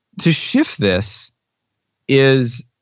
to shift this is,